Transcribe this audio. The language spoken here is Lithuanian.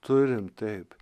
turim taip